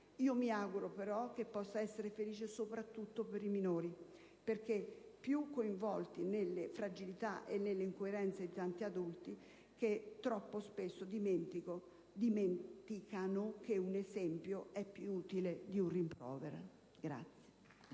Mi auguro però che possa essere felice soprattutto per i minori, perché più coinvolti nelle fragilità e nelle incoerenze di tanti adulti che troppo spesso dimenticano che un esempio è più utile di un rimprovero.